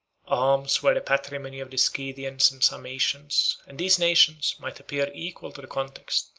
arms were the patrimony of the scythians and sarmatians and these nations might appear equal to the contest,